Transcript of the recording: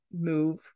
move